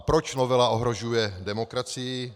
Proč novela ohrožuje demokracii?